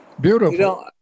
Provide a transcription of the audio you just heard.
beautiful